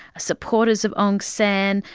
supporters of aung san,